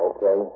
Okay